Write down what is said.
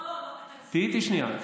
לא, תהיי איתי שנייה.